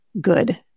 Good